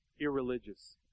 irreligious